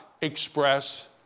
express